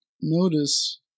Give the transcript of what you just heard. notice